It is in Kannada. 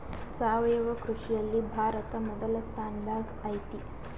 ಸಾವಯವ ಕೃಷಿಯಲ್ಲಿ ಭಾರತ ಮೊದಲ ಸ್ಥಾನದಾಗ್ ಐತಿ